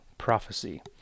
prophecy